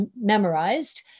memorized